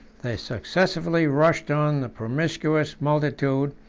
they successively rushed on the promiscuous multitude,